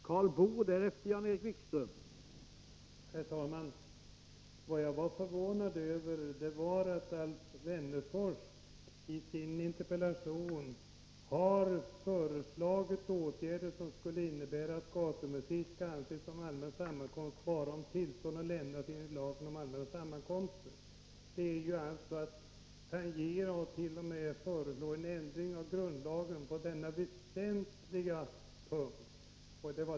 Herr talman! Jag var förvånad över att Alf Wennerfors i sin interpellation föreslagit åtgärder som skulle innebära att gatumusik skall anses som allmän sammankomst bara om tillstånd har lämnats enligt lagen om allmänna sammankomster. Det är att tangera eller t.o.m. förorda en ändring av grundlagen på denna väsentliga punkt.